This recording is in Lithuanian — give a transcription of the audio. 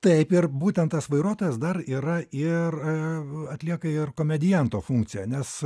taip ir būtent tas vairuotojas dar yra ir atlieka ir komedianto funkciją nes